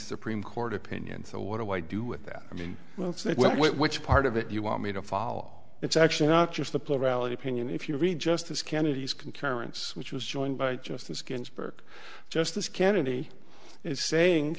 supreme court opinion so what do i do with that i mean well which part of it you want me to follow it's actually not just the plurality opinion if you read justice kennedy's concurrence which was joined by justice ginsburg justice kennedy is saying